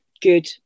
good